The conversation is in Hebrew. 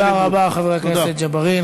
תודה רבה, חבר הכנסת ג'בארין.